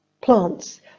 plants